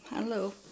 Hello